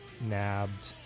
nabbed